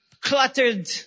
cluttered